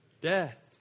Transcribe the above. death